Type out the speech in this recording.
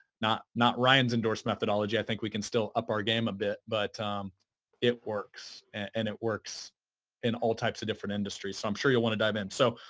not not ryan's endorse methodology. i think we can still up our game a bit, but um it works. and it works in all types of different industries. so, i'm sure you want to dive in. so,